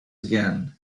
again